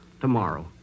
tomorrow